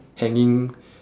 hanging